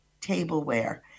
tableware